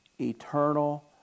eternal